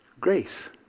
Grace